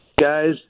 Guys